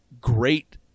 great